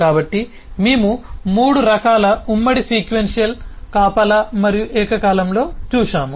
కాబట్టి మేము మూడు రకాల ఉమ్మడి సీక్వెన్షియల్ కాపలా మరియు ఏకకాలంలో చూశాము